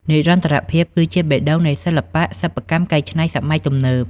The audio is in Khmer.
និរន្តរភាពគឺជាបេះដូងនៃសិល្បៈសិប្បកម្មកែច្នៃសម័យទំនើប។